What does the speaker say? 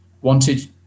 Wanted